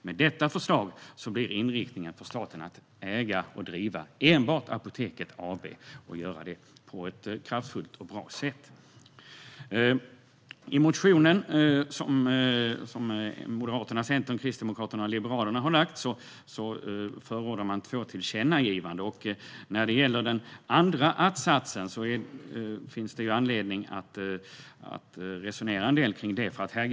Med detta förslag blir inriktningen för staten att äga och driva enbart Apoteket AB och göra det på ett kraftfullt och bra sätt. I motionen, som Moderaterna, Centern, Kristdemokraterna och Liberalerna har väckt, förordar man två tillkännagivanden. Det finns anledning att resonera en del kring den andra att-satsen.